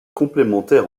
complémentaire